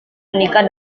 menikah